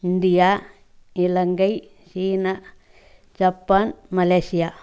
India Ilangai சீனா Japan Malaysia